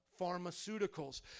pharmaceuticals